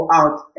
out